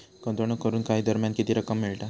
गुंतवणूक करून काही दरम्यान किती रक्कम मिळता?